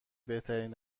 بهترین